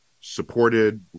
supported